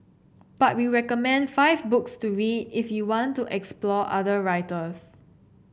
but we recommend five books to read if you want to explore other writers